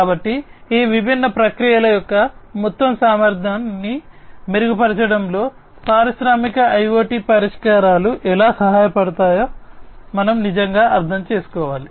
కాబట్టి ఈ విభిన్న ప్రక్రియల యొక్క మొత్తం సామర్థ్యాన్ని మెరుగుపరచడంలో పారిశ్రామిక IoT పరిష్కారాలు ఎలా సహాయపడతాయో మనం నిజంగా అర్థం చేసుకోవాలి